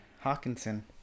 Hawkinson